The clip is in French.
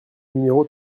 numéro